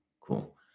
cool